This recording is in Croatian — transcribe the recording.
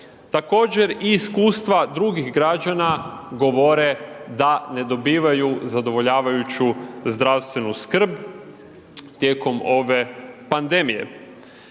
Također iskustva drugih građana govore da ne dobivaju zadovoljavajuću zdravstvenu skrb tijekom ove pandemije.